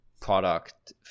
product